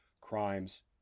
crimes